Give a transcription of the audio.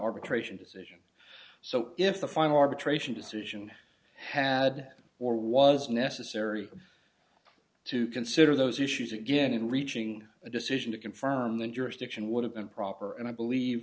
arbitration decision so if the final arbitration decision had or was necessary to consider those issues again in reaching a decision to confirm the jurisdiction would have been proper and i believe